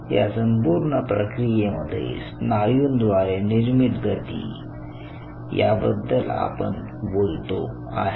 या संपूर्ण प्रक्रियेमध्ये स्नायूद्वारे निर्मीत गती याबद्दल आपण बोलतो आहे